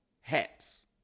hats